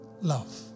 love